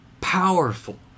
powerful